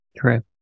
Correct